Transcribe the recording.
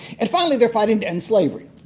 and finally they're fighting to end slavery.